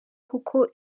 kuko